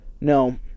No